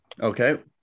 Okay